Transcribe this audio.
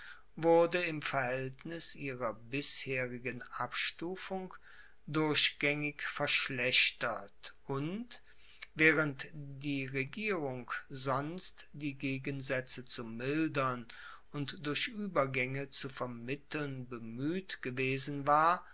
wurde im verhaeltnis ihrer bisherigen abstufung durchgaengig verschlechtert und waehrend die regierung sonst die gegensaetze zu mildern und durch uebergaenge zu vermitteln bemueht gewesen war